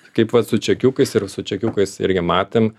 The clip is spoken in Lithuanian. kaip vat su čekiukais ir su čekiukais irgi matėm